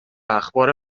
اخبار